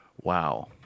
Wow